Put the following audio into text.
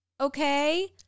Okay